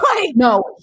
No